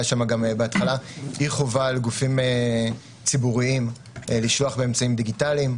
הייתה שם בהתחלה אי-חובה על גופים ציבוריים לשלוח באמצעים דיגיטליים,